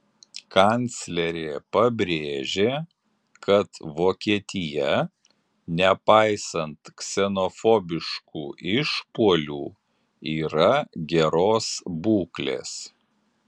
kanclerė pabrėžė kad vokietija nepaisant ksenofobiškų išpuolių yra geros būklės